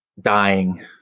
dying